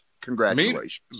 Congratulations